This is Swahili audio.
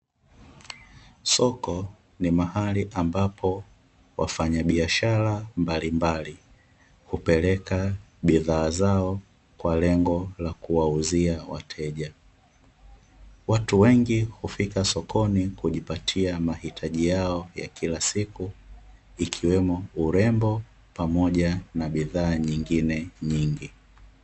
Soko ni mahali ambapo wafanyabiashara mbalimbali hupeleka bidhaa zao kwa lengo la kuwauzia wateja. Watu wengi hufika sokoni kujipatia mahitaji yao ya kila siku ikiwemo urembo pamoja na bidhaa nyingine nyingi.